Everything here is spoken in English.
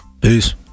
Peace